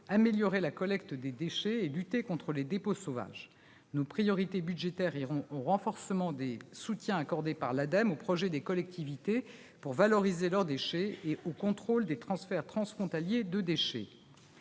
améliorer la collecte des déchets pour lutter contre les dépôts sauvages. Nos priorités budgétaires iront au renforcement des soutiens accordés par l'Ademe aux projets des collectivités pour valoriser leurs déchets et au contrôle des transferts transfrontaliers de déchets.